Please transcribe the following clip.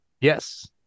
Yes